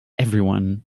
everyone